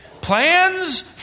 Plans